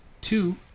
Two